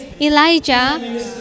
Elijah